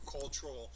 cultural